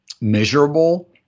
measurable